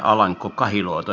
arvoisa puhemies